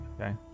Okay